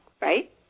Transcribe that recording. right